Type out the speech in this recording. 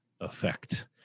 effect